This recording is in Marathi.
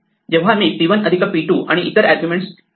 जेव्हा मी p1 p2 आणि इतर आर्ग्युमेंट p2 पॉईंट p आहे